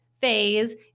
phase